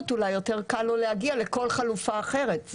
אולי יותר קל לו להגיע לכל חלופה אחרת.